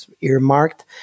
earmarked